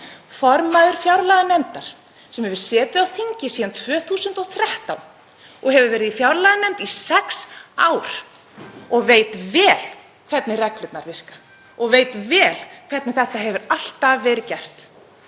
Formaður fjárlaganefndar, sem hefur setið á þingi síðan 2013, hefur verið í fjárlaganefnd í sex ár og veit vel hvernig reglurnar virka og veit vel hvernig þetta hefur alltaf verið gert,